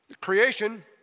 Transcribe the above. creation